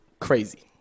crazy